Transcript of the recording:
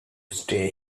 stay